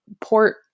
port